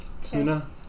Suna